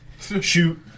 shoot